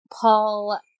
Paul